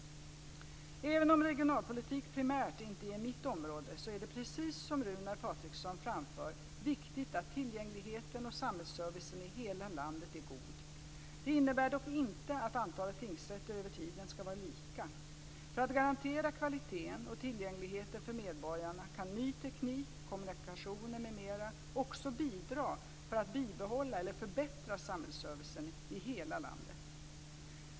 Även om regionalpolitik primärt inte är mitt område så är det, precis som Runar Patriksson framför, viktigt att tillgängligheten och samhällsservicen i hela landet är god. Det innebär dock inte att antalet tingsrätter över tiden ska vara lika. För att garantera kvaliteten och tillgängligheten för medborgarna kan ny teknik, kommunikationer m.m. också bidra till att bibehålla eller förbättra samhällsservicen i hela landet.